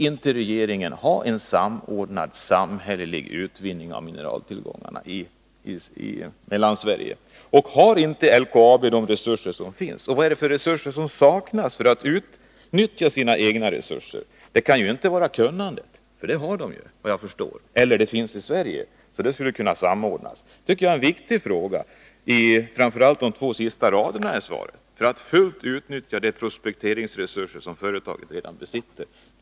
Vill inte regeringen ha en samordnad samhällelig utveckling av mineraltillgångarna i Mellansverige? Har inte LKAB de resurser som behövs? Vad är det för resurser som LKAB saknar för att utnyttja sina egna tillgångar? Det kan inte vara kunnande. Det har företaget, såvitt jag förstår, eller åtminstone finns det i Sverige, så att samordning kan ske. Det tycker jag är en viktig fråga, eftersom det av de sista raderna i svaret framgår att samverkan skulle vara motiverad av en strävan att fullt utnyttja de prospekteringsresurser som företaget redan besitter.